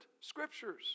scriptures